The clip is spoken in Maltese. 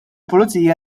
pulizija